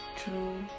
true